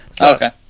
Okay